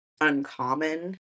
Uncommon